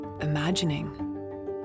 imagining